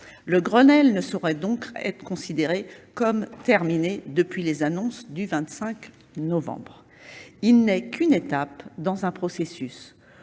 Le Grenelle ne saurait donc être considéré comme terminé depuis les annonces du 25 novembre. Il n'est qu'une étape dans un processus.